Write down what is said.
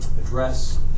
address